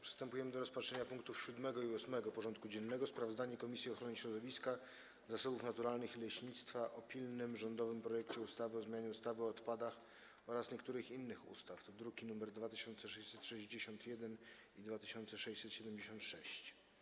Przystępujemy do rozpatrzenia punktów 7. i 8. porządku dziennego: 7. Sprawozdanie Komisji Ochrony Środowiska, Zasobów Naturalnych i Leśnictwa o pilnym rządowym projekcie ustawy o zmianie ustawy o odpadach oraz niektórych innych ustaw (druki nr 2661 i 2676)